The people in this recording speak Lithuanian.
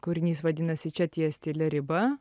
kūrinys vadinasi čia ties tylia riba